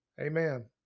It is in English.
Amen